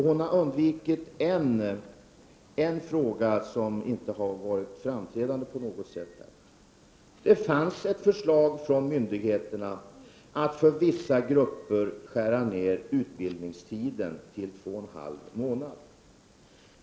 Men hon har undvikit en fråga som inte varit så framträdande. Det fanns ett förslag från myndigheterna att för vissa grupper skära ner utbildningstiden till två och en halv månad.